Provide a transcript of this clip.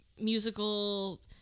musical